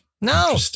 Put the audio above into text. no